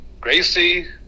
Gracie